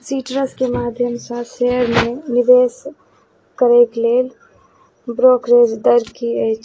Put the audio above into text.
सीट्रसके माध्यमसँ शेयरमे निवेश करयके लेल ब्रोकरेज दर की अछि